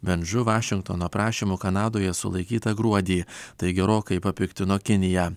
ven žu vašingtono prašymu kanadoje sulaikyta gruodį tai gerokai papiktino kiniją